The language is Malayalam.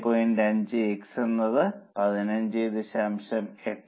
5 x എന്നത് 15